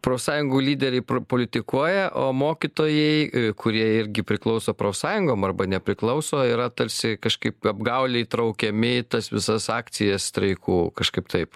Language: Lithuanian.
profsąjungų lyderiai politikuoja o mokytojai kurie irgi priklauso profsąjungom arba nepriklauso yra tarsi kažkaip apgaule įtraukiami į tas visas akcijas streikų kažkaip taip